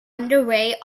underway